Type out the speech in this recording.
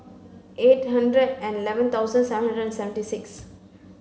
eight hundred and eleven thousand seven hundred and seventy six